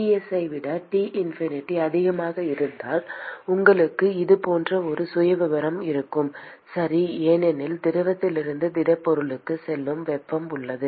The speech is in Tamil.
Ts ஐ விட T infinity அதிகமாக இருந்தால் உங்களுக்கு இது போன்ற ஒரு சுயவிவரம் இருக்கும் சரி ஏனெனில் திரவத்திலிருந்து திடப்பொருளுக்கு செல்லும் வெப்பம் உள்ளது